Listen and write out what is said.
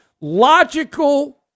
Logical